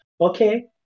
okay